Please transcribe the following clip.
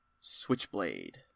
Switchblade